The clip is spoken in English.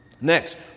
Next